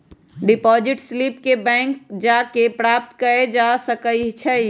deposit slip के bank जा कऽ प्राप्त कएल जा सकइ छइ